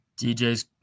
DJ's